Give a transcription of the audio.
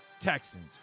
Texans